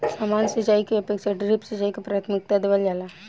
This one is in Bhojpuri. सामान्य सिंचाई के अपेक्षा ड्रिप सिंचाई के प्राथमिकता देवल जाला